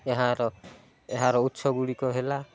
ଏହାର ଏହାର ଉତ୍ସଗୁଡ଼ିକ ହେଲା